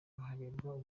harebwa